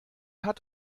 hat